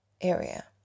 area